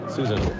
Susan